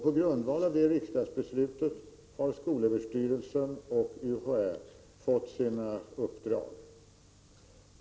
På grundval av det riksdagsbeslutet har skolöverstyrelsen och UHÄ fått sina uppdrag.